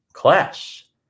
Class